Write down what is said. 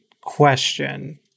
question